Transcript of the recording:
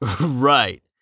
Right